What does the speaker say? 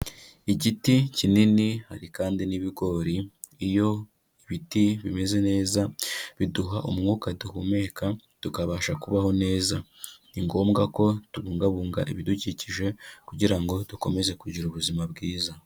Igiti kinini hari kandi n'ibigori, iyo ibiti bimeze neza biduha umwuka duhumeka tukabasha kubaho neza, ni ngombwa ko tubungabunga ibidukikije, kugira ngo dukomeze kugira ubuzima bwiza.